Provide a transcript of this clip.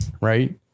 right